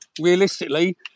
realistically